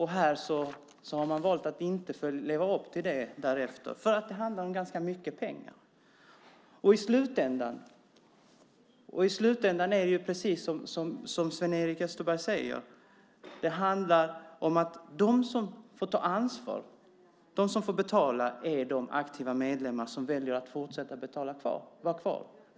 Här har man valt att inte leva upp till detta eftersom det handlar om ganska mycket pengar. Och i slutändan är det ju, precis som Sven-Erik Österberg säger, så att de som får ta ansvar, de som får betala, är de aktiva medlemmar som väljer att vara kvar.